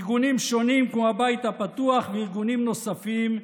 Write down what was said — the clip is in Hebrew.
ארגונים שונים כמו הבית הפתוח וארגונים נוספים,